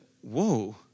whoa